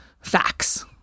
facts